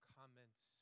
comments